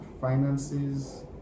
finances